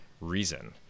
reason